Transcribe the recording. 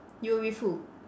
you were with who